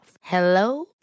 Hello